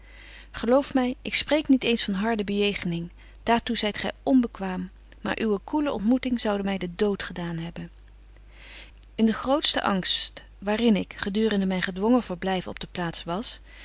geloof my ik spreek niet eens van harde bejegening daar toe zyt gy onbekwaam maar uwe koele ontmoeting zoude my den dood gedaan hebben in den grootsten angst waar in ik gedurende myn gedwongen verblyf op de plaats was